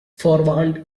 forewarned